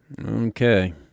Okay